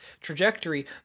trajectory